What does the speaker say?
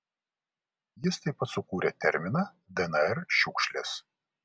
jis taip pat sukūrė terminą dnr šiukšlės